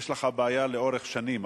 יש לך בעיה לאורך שנים,